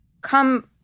come—